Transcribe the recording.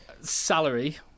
salary